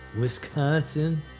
Wisconsin